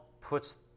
puts